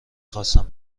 خواستم